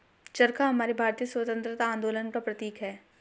चरखा हमारे भारतीय स्वतंत्रता आंदोलन का प्रतीक है